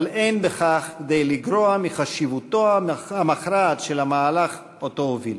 אבל אין בכך כדי לגרוע מחשיבותו המכרעת של המהלך שהוא הוביל.